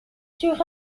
sur